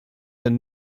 and